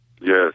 Yes